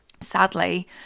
sadly